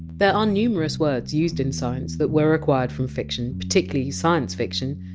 there are numerous words used in science that were acquired from fiction, particularly science fiction.